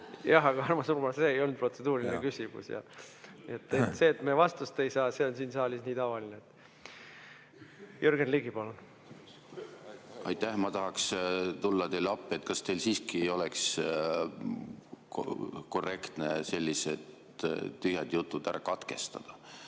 Jah, aga, armas Urmas, see ei olnud protseduuriline küsimus. See, et me vastust ei saa, on siin saalis nii tavaline. Jürgen Ligi, palun! Aitäh! Ma tahaks tulla teile appi. Kas teil siiski ei oleks korrektne sellised tühjad jutud katkestada?